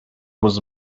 was